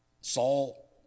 Saul